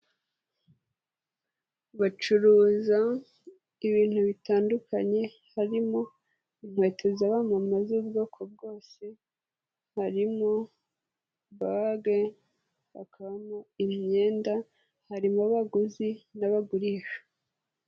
Bacuruza ibintu bitandukanye, harimo inkweto z'abamama z'ubwoko bwose, harimo bage, habakabamo imyenda, harimo abaguzi n'abagurisha.